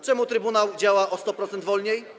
Czemu trybunał działa o 100% wolniej?